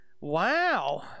Wow